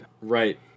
Right